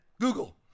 Google